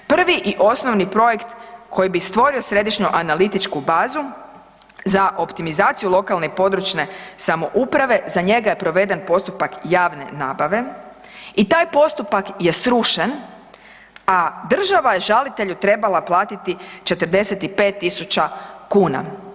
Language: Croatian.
Prvi i osnovni projekt koji bi stvorio središnju analitičku bazu, za optimizaciju lokalne i područne samouprave, za njega je proveden postupak javne nabave i taj postupak je srušen a država je žalitelju trebala platiti 45 000 kuna.